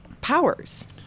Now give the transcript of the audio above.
powers